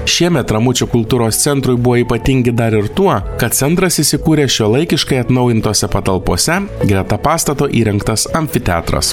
šiemet ramučių kultūros centrui buvo ypatingi dar ir tuo kad centras įsikūrė šiuolaikiškai atnaujintose patalpose greta pastato įrengtas amfiteatras